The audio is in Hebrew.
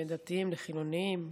בין דתיים לחילונים.